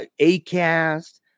Acast